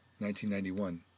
1991